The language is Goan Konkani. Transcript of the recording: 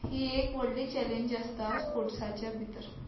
ही एक व्हडली चलेंज आसता स्पोर्ट्साच्या भितर